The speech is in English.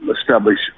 Establish